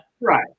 Right